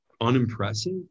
unimpressive